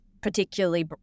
particularly